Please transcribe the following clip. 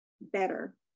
better